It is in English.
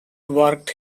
worked